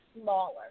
smaller